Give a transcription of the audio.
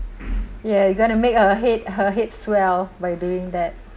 yeah you gonna make a head her head swell by doing that